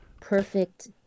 perfect